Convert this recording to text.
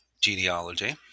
genealogy